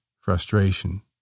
frustration